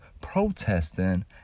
protesting